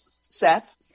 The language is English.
Seth